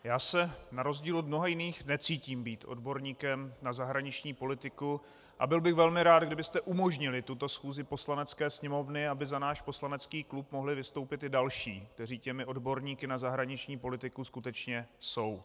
Já se na rozdíl od mnoha jiných necítím být odborníkem na zahraniční politiku a byl bych velmi rád, kdybyste umožnili tuto schůzi Poslanecké sněmovny, aby za náš poslanecký klub mohli vystoupit i další, kteří těmi odborníky na zahraniční politiku skutečně jsou.